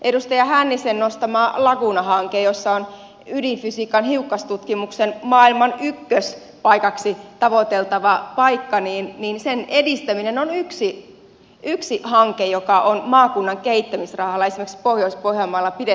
edustaja hännisen nostaman laguna hankkeen jossa on ydinfysiikan hiukkastutkimuksen maailman ykköspaikaksi tavoiteltava paikka edistäminen on yksi hanke joka on maakunnan kehittämisrahalla esimerkiksi pohjois pohjanmaalla pidetty hengissä